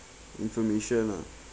information uh